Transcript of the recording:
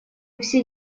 все